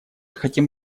хотим